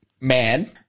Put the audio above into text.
man